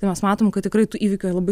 tai mes matom kad tikrai tų įvykių yra labai